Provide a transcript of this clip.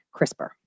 CRISPR